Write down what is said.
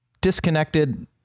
disconnected